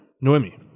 Noemi